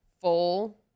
Full